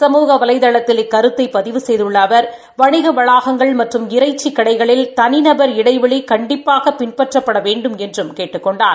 சமூக வலைதளத்தில் இக்கரத்தை பதிவு செய்துள்ள அவர் வணிக வளாகங்கள் மற்றம் இறைச்சிக் கடைகளில் தனிநபர் இடைவெளி கண்டிப்பாக பின்பற்றப்பட் வேண்டுமென்றும் அவர் கேட்டுக் கொண்டார்